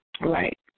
Right